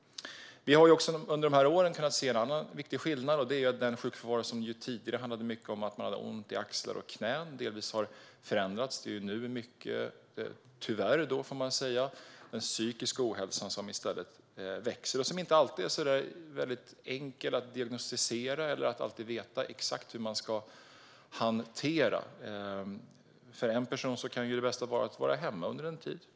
Vi har också under dessa år kunnat se en annan viktig skillnad. Tidigare handlade sjukfrånvaron mycket om att man hade ont i axlar och knän. Det har delvis förändrats. Nu är det tyvärr, får man säga, mycket den psykiska ohälsan som i stället växer. Den är inte alltid så enkel att diagnostisera. Det är inte heller enkelt att alltid veta exakt hur man ska hantera den. För en person kan det bästa vara att vara hemma under en tid.